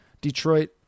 Detroit